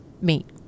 meet